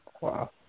Wow